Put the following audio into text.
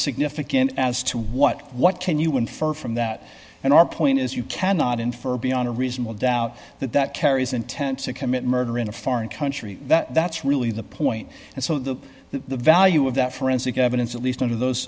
significant as to what what can you infer from that and your point is you cannot infer beyond a reasonable doubt that that carries intent to commit murder in a foreign country that that's really the point and so the the value of that forensic evidence at least under those